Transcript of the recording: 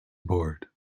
board